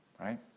right